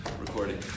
recording